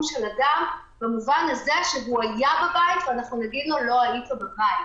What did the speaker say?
של אדם במובן הזה שהוא היה בבית ונגיד לו: לא היית בבית.